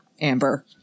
Amber